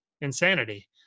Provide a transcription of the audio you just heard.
insanity